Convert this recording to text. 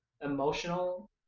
emotional